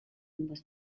was